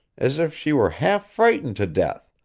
as if she were half frightened to death